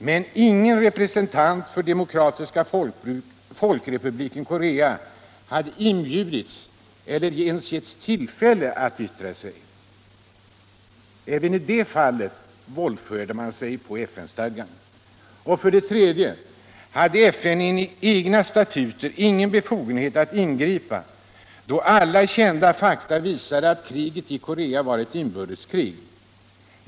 Men ingen representant för Demokratiska folkrepubliken Korea hade inbjudits eller ens getts tillfälle att yttra sig. Även i det fallet våldförde man sig på FN-stadgan. Ytterligare en anmärkningsvärd omständighet är att FN enligt egna statuter inte hade befogenhet att ingripa då alla kända fakta visade att kriget i Korea var ett inbördeskrig.